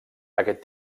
aquest